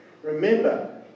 Remember